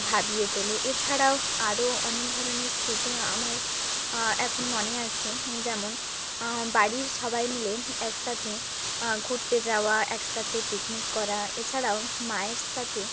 ভাবিয়ে তোলে এছাড়াও আরও অনেক ধরনের স্মৃতি আমার এখন মনে আছে যেমন বাড়ির সবাই মিলে একসাথে ঘুরতে যাওয়া একসাথে পিকনিক করা এছাড়াও মায়ের সাথে